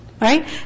right